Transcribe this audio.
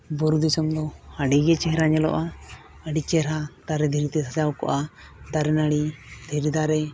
ᱵᱩᱨᱩ ᱫᱤᱥᱚᱢ ᱫᱚ ᱟᱹᱰᱤᱜᱮ ᱪᱮᱦᱨᱟ ᱧᱮᱞᱚᱜᱼᱟ ᱟᱹᱰᱤ ᱪᱮᱦᱨᱟ ᱫᱟᱨᱮ ᱫᱷᱤᱨᱤᱛᱮ ᱥᱟᱡᱟᱣ ᱠᱚᱜᱼᱟ ᱫᱟᱨᱮᱼᱱᱟᱹᱲᱤ ᱫᱷᱤᱨᱤ ᱫᱟᱨᱮ